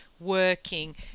working